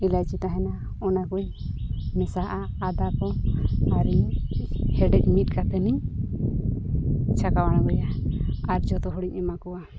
ᱮᱞᱟᱪᱤ ᱛᱟᱦᱮᱱᱟ ᱚᱱᱟᱠᱚᱧ ᱢᱮᱥᱟᱣᱟᱜᱼᱟ ᱟᱫᱟ ᱠᱚ ᱟᱨᱤᱧ ᱦᱮᱰᱮᱡᱽ ᱢᱤᱫ ᱠᱟᱛᱮᱱᱤᱧ ᱪᱷᱟᱠᱟᱣ ᱟᱬᱜᱳᱭᱟ ᱟᱨ ᱡᱷᱚᱛᱚ ᱦᱚᱲᱤᱧ ᱮᱢᱟ ᱠᱚᱣᱟ